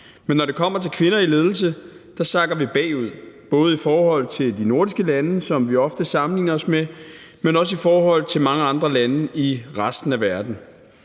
Men når det kommer til kvinder i ledelse, sakker vi bagud, både i forhold til de nordiske lande, som vi ofte sammenligner os med, men også i forhold til mange andre lande i resten af verden.